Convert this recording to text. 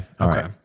Okay